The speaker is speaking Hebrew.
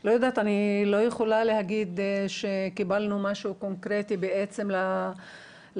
אני לא יכולה לומר שקיבלנו משהו קונקרטי לבקשה